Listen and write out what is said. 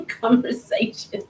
conversation